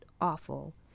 awful